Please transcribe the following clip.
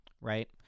right